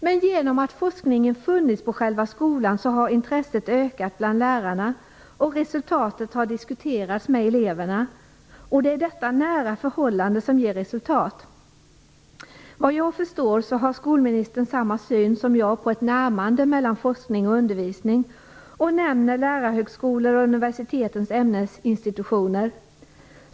Men genom att forskningen har funnits på skolan har intresset ökat bland lärarna, och resultatet har diskuterats med eleverna. Det är detta nära förhållande som ger resultat. Såvitt jag förstår har skolministern samma syn som jag på ett närmande mellan forskning och undervisning och nämner lärarhögskolor och universitetens ämnesinstitutioner.